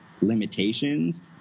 limitations